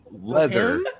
Leather